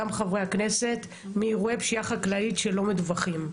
גם חברי הכנסת מאירועי פשיעה חקלאית שלא מדווחים,